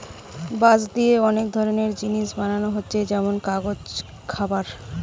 বাঁশ দিয়ে অনেক ধরনের জিনিস বানানা হচ্ছে যেমন কাগজ, খাবার